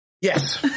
Yes